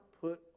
put